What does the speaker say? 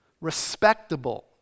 respectable